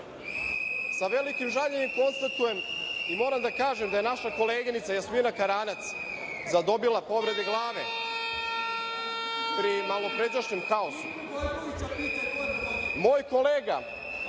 Sa velikim žaljenjem konstatujem i moram da kažem da je naša koleginica, Jasmina Karanac, zadobila povrede glave pri malopređašnjem haosu. Moj kolega